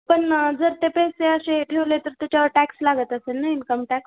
पण जर ते पैसे असे ठेवले तर त्याच्यावर टॅक्स लागत असेल ना इन्कम टॅक्स